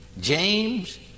James